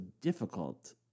difficult